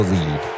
Lead